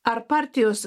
ar partijos